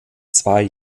zwei